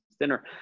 dinner